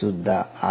सुद्धा आहे